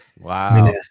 wow